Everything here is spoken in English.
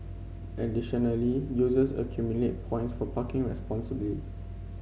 additionally users accumulate points for parking responsibly